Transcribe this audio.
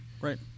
Right